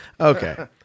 Okay